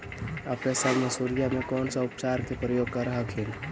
अपने सब मसुरिया मे कौन से उपचार के प्रयोग कर हखिन?